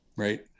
Right